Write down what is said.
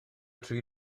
tri